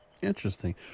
Interesting